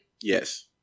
Yes